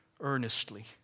Earnestly